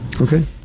Okay